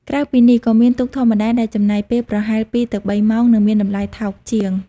ក្រៅពីនេះ ក៏មាន ទូកធម្មតា ដែលចំណាយពេលប្រហែល ២ ទៅ ៣ ម៉ោង និងមានតម្លៃថោកជាង។